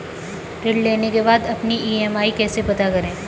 ऋण लेने के बाद अपनी ई.एम.आई कैसे पता करें?